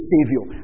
Savior